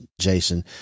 Jason